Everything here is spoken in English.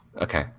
Okay